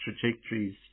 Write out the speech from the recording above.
trajectories